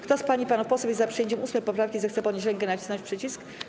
Kto z pań i panów posłów jest za przyjęciem 8. poprawki, zechce podnieść rękę i nacisnąć przycisk.